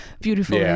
beautiful